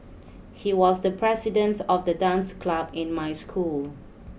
he was the president of the dance club in my school